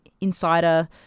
insider